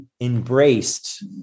embraced